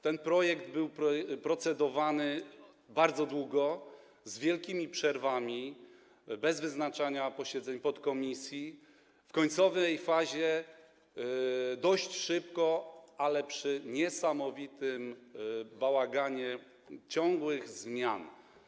Ten projekt był procedowany bardzo długo, z długimi przerwami, bez wyznaczania posiedzeń podkomisji, w końcowej fazie dość szybko, ale w niesamowitym bałaganie, z ciągłymi zmianami.